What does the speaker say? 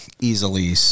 easily